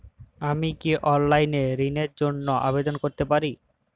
আমি কি অনলাইন এ ঋণ র জন্য আবেদন করতে পারি?